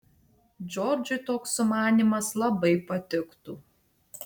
džordžui toks sumanymas labai patiktų